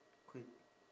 quick